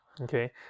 okay